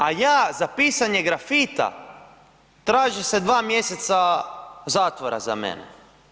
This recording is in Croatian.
A ja za pisanje grafita, traži se dva mjeseca zatvora za mene.